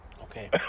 Okay